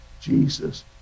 Jesus